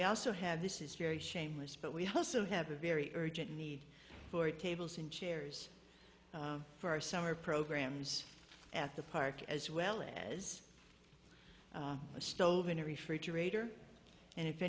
we also have this is very shameless but we also have a very urgent need for tables and chairs for our summer programs at the park as well as a stove and a refrigerator and if